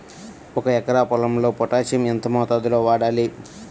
ఒక ఎకరా వరి పొలంలో పోటాషియం ఎంత మోతాదులో వాడాలి?